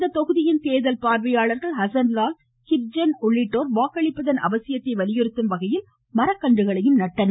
இத்தொகுதி தேர்தல் பார்வையாளர்கள் ஹசன்லால் கிப் ஜென் உள்ளிட்டோர் வாக்களிப்பதன் அவசியத்தை வலியுறுத்தும் வகையில் மரக்கன்றுகளை நட்டனர்